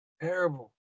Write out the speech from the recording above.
Terrible